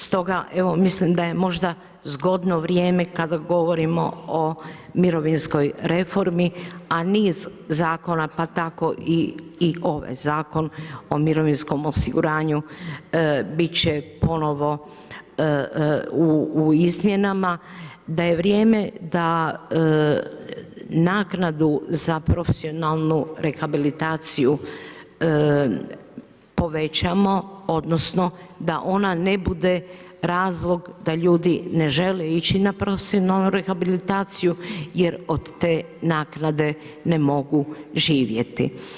Stoga mislim da je zgodno vrijeme kada govorimo o mirovinskoj reformi, a niz zakona pa tako i ovaj Zakon o mirovinskom osiguranju bit će ponovo u izmjenama, da je vrijeme da naknadu za profesionalnu rehabilitaciju povećamo, odnosno da ona ne bude razlog da ljudi ne žele ići na profesionalnu rehabilitaciju jer od te naknade ne mogu živjeti.